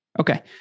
Okay